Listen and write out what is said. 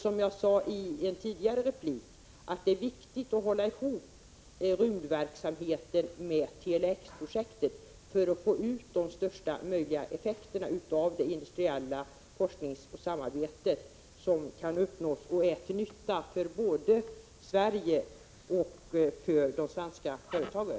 Som jag sade i en tidigare replik är det viktigt att hålla ihop rymdverksamheten med Tele-X-projektet för att få ut största möjliga effekt av det internationella forskningssamarbete som kan uppnås och som är till nytta både för Sverige och för de svenska företagen.